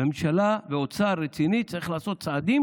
והממשלה ואוצר רציני צריכים לעשות צעדים